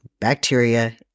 bacteria